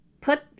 put